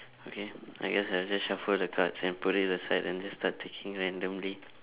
okay I guess I'll just shuffle the cards and put it aside and just start taking randomly